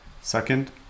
Second